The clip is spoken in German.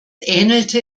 ähnelte